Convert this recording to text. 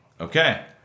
Okay